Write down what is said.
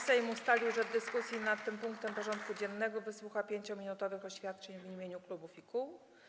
Sejm ustalił, że w dyskusji nad tym punktem porządku dziennego wysłucha 5-minutowych oświadczeń w imieniu klubów i kół.